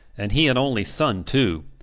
and he an only son, too!